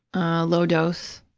a low dose,